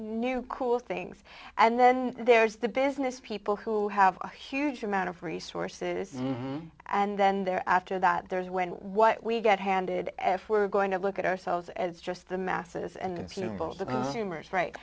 new cool things and then there's the business people who have a huge amount of resources and then there after that there's when what we get handed and if we're going to look at ourselves as just the masses and